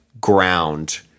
ground